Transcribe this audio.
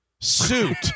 suit